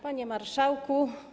Panie Marszałku!